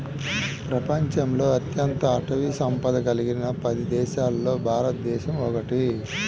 ప్రపంచంలో అత్యంత అటవీ సంపద కలిగిన పది దేశాలలో భారతదేశం ఒకటి